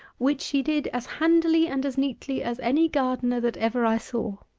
which she did as handily and as neatly as any gardener that ever i saw.